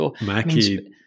Mackie